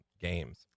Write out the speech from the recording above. games